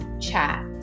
chat